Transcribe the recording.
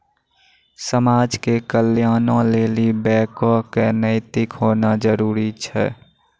समाज के कल्याणों लेली बैको क नैतिक होना जरुरी छै